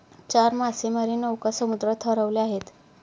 चार मासेमारी नौका समुद्रात हरवल्या आहेत